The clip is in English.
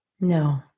No